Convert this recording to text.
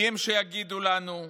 מי הם שיגידו לנו?